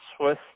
Swiss